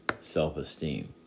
self-esteem